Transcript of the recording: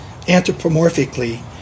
Anthropomorphically